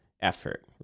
effort